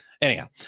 Anyhow